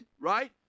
right